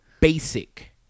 basic